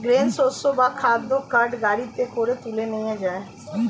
grain শস্য বা খাদ্য কার্ট গাড়িতে করে তুলে নিয়ে যায়